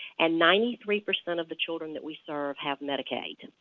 and ninety three percent of the children that we serve have medicaid.